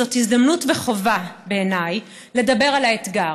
זאת הזדמנות וחובה בעיניי לדבר על האתגר,